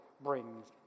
brings